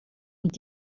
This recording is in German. und